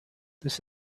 this